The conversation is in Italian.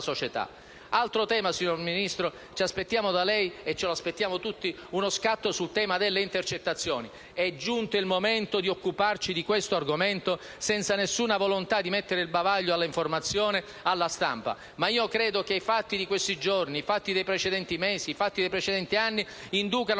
società. Altro tema, signor Ministro: ci aspettiamo da lei - e ce lo aspettiamo tutti - uno scatto sul tema delle intercettazioni. È giunto il momento di occuparci di questo argomento, senza nessuna volontà di mettere il bavaglio all'informazione e alla stampa. Io credo che i fatti di questi giorni, i fatti dei precedenti mesi e i fatti dei precedenti anni inducano